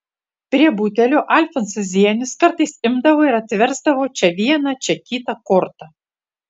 prie butelio alfonsas zienius kartais imdavo ir atversdavo čia vieną čia kitą kortą